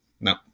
no